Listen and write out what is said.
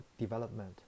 development